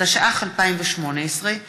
התשע"ח 2018,